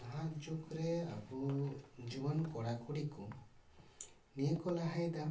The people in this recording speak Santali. ᱱᱟᱦᱟᱜ ᱡᱩᱜᱽᱼᱨᱮ ᱟᱵᱚ ᱡᱩᱣᱟᱹᱱ ᱠᱚᱲᱟ ᱠᱩᱲᱤᱠᱚ ᱱᱤᱭᱟᱹ ᱠᱚ ᱞᱟᱦᱟᱭᱮᱫᱟ